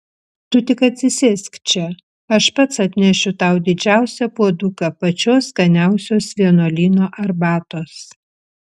tu tik atsisėsk čia aš pats atnešiu tau didžiausią puoduką pačios skaniausios vienuolyno arbatos